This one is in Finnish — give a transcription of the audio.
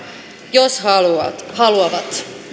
jos haluavat haluavat